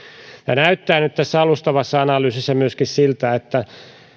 näyttää nyt tässä alustavassa analyysissa myöskin siltä että